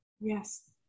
Yes